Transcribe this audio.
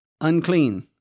unclean